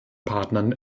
partnern